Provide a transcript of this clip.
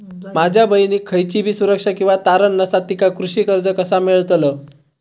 माझ्या बहिणीक खयचीबी सुरक्षा किंवा तारण नसा तिका कृषी कर्ज कसा मेळतल?